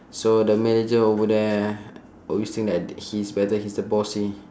so the manager over there always think that he's better he's the boss he